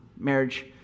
marriage